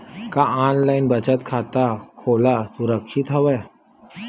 का ऑनलाइन बचत खाता खोला सुरक्षित हवय?